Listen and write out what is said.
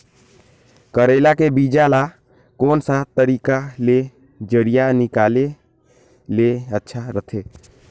करेला के बीजा ला कोन सा तरीका ले जरिया निकाले ले अच्छा रथे?